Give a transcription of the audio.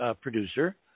producer